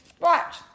Watch